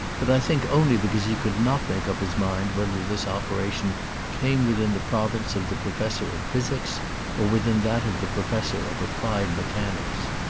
but i think only because he could not make up his mind whether this operation came within the province of the professor of physics or within that of the professor of applied mechanics.